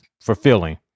fulfilling